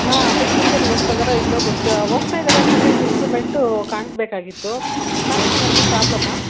ಹಾಂ ಅದೇ ಟ್ಯೂಷನ್ ಹೋಗ್ತಾ ಇದ್ದಾರಾ ಇಲ್ಲೋ ಗೊತ್ತೇ ಹೋಗ್ತಾ ಇದ್ದಾರೆ ಅಂತಂದರೆ ಇನ್ ಇಂಪ್ರೂವ್ಮೆಂಟು ಕಾಣಿಸ್ಬೇಕಾಗಿತ್ತು ಮನೇಲಿ ಏನಾದರೂ ಪ್ರಾಬ್ಲಮ್ಮಾ